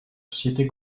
sociétés